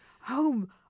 Home